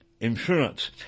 insurance